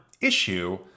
Issue